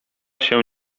się